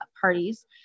parties